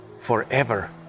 forever